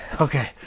Okay